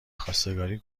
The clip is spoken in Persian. خواستگاری